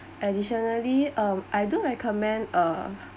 additionally um I don't recommend uh